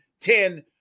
ten